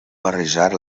barrejar